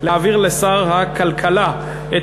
להעביר לשר הכלכלה את